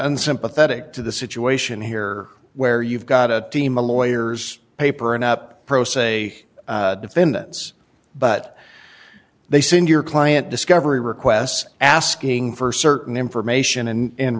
unsympathetic to the situation here where you've got a team of lawyers paper and up pro se defendants but they send your client discovery requests asking for certain information and